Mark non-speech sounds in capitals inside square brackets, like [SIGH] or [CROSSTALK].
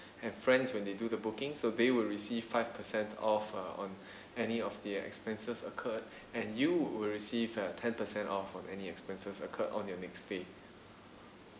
and friends when they do the booking so they will receive five percent off uh on [BREATH] any of the expenses occurred and you will receive a ten percent off for any expenses occurred on your next stay